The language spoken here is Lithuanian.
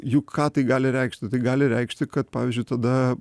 juk ką tai gali reikšti tai gali reikšti kad pavyzdžiui tada